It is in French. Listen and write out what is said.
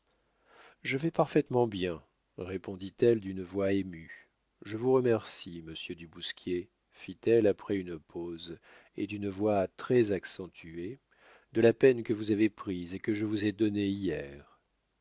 je vais parfaitement bien répondit-elle d'une voix émue je vous remercie monsieur du bousquier fit-elle après une pause et d'une voix très accentuée de la peine que vous avez prise et que je vous ai donnée hier